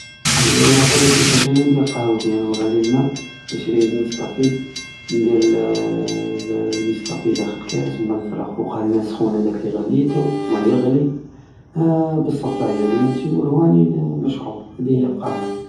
انايا نقولك كيفاش ندير قهوتي نغلي الماء نشري نيكافي ندير لللل- لنيسكافي داخل الكاس ومبعد نفرغ فوقها الماء السخون هداك الي غليتو ماء يغلي بالصفاية بيانسور وراني نشرب هدهية قهوة